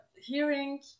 hearing